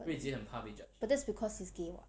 but that's because he is gay [what]